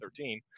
2013